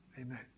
amen